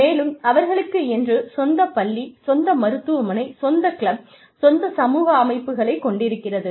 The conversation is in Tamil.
மேலும் அவர்களுக்கென்று சொந்த பள்ளி சொந்த மருத்துவமனை சொந்த கிளப் சொந்த சமூக அமைப்புகளை கொண்டிருக்கிறது